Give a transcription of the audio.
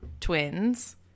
twins